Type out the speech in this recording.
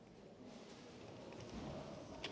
Tak